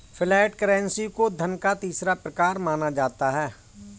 flat currency को धन का तीसरा प्रकार माना जाता है